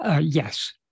Yes